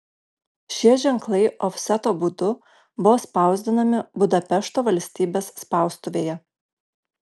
šie ženklai ofseto būdu buvo spausdinami budapešto valstybės spaustuvėje